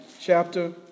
chapter